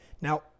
Now